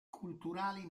culturali